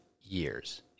years